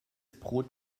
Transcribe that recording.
brot